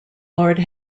lord